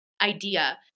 idea